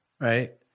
right